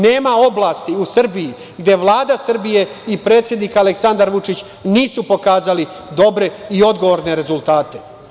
Nema oblasti u Srbiji gde Vlada Srbije i predsednik Aleksandar Vučić nisu pokazali dobre i odgovorne rezultate.